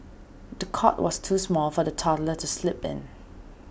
the cot was too small for the toddler to sleep in